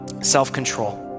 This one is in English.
self-control